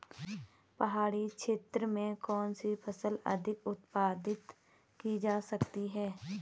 पहाड़ी क्षेत्र में कौन सी फसल अधिक उत्पादित की जा सकती है?